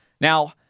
Now